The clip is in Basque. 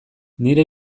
nire